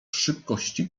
szybkości